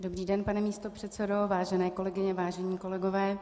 Dobrý den, pane místopředsedo, vážené kolegyně, vážení kolegové.